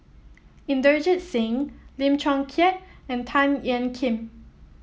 Inderjit Singh Lim Chong Keat and Tan Ean Kiam